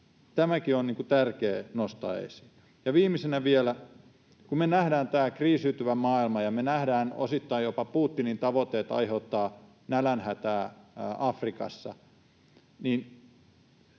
Tämäkin on tärkeä nostaa esiin. Ja viimeisenä vielä: Kun me nähdään tämä kriisiytyvä maailma ja me nähdään osittain jopa Putinin tavoitteet aiheuttaa nälänhätää Afrikassa, niin